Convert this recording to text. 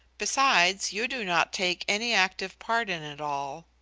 besides, you do not take any active part in it all.